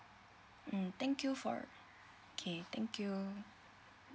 mm thank you for okay thank you